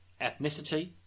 ethnicity